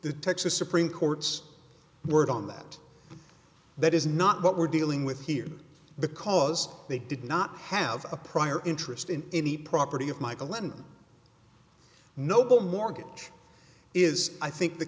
the texas supreme court's word on that that is not what we're dealing with here because they did not have a prior interest in any property of michael linden noble mortgage is i think the